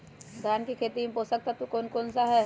धान की खेती में पोषक तत्व कौन कौन सा है?